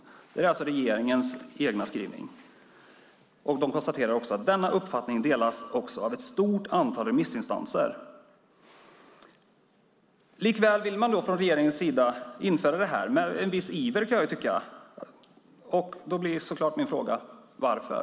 Det här är alltså regeringens egen skrivning. Man konstaterar också: "Denna uppfattning delas också av ett stort antal remissinstanser." Likväl vill man från regeringens sida införa det här med viss iver, kan jag tycka. Självklart blir då min fråga: Varför?